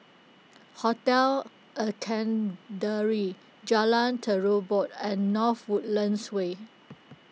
Hotel Jalan Terubok and North Woodlands Way